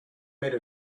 made